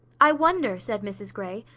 i wonder, said mrs grey,